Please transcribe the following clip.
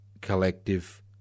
Collective